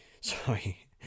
sorry